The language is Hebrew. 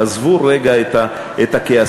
תעזבו רגע את הכעסים,